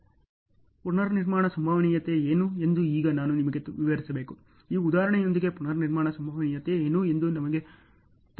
ಪುನರ್ನಿರ್ಮಾಣ ಸಂಭವನೀಯತೆ ಏನು ಎಂದು ಈಗ ನಾನು ನಿಮಗೆ ವಿವರಿಸಬೇಕು ಈ ಉದಾಹರಣೆಯೊಂದಿಗೆ ಪುನರ್ನಿರ್ಮಾಣ ಸಂಭವನೀಯತೆ ಏನು ಎಂದು ನಾನು ನಿಮಗೆ ತೋರಿಸುತ್ತೇನೆ